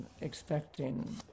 Expecting